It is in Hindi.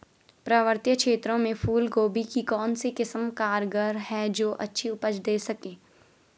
पर्वतीय क्षेत्रों में फूल गोभी की कौन सी किस्म कारगर है जो अच्छी उपज दें सके?